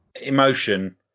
emotion